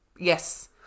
Yes